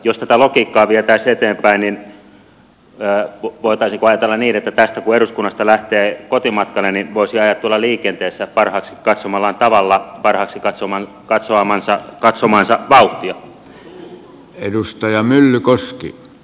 jos tätä logiikkaa vietäisiin eteenpäin voitaisiinko ajatella niin että kun tästä eduskunnasta lähtee kotimatkalle voisi ajaa tuolla liikenteessä parhaaksi katsomallaan tavalla parhaaksi katsomaansa vauhtia